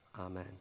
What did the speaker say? amen